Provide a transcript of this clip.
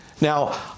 Now